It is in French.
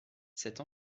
cette